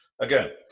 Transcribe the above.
Again